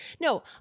No